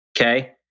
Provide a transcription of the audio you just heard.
Okay